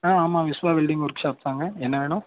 ஆ ஆமாம் Vishwa welding workshop தான்ங்க என்ன வேணும்